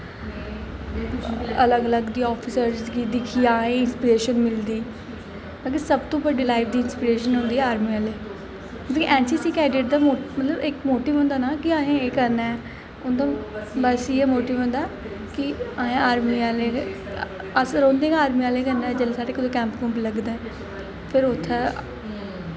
अलग अलग ऑफिसर्स गी दिक्खियै असें गी इंस्पिरेशन मिलदी मतलब कि सब तो बड्डी लाइफ दी इंस्पिरेशन होंदी ऐ आर्मी आह्ले मतलब कि एन सी सी कैडेट दा मतलब कि इक मोटिव होंदा ऐ ना कि असें एह् करना ऐ उं'दा बस इ'यै मोटिव होंदा कि असें आर्मी आह्लें दे अस रौह्न्ने गै आर्मी आह्लें कन्नै जिसलै साढ़े कुदै कैंप कुंप लगदे फिर उ'त्थें